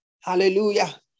Hallelujah